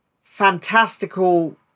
fantastical